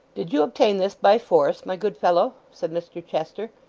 did you obtain this by force, my good fellow said mr chester,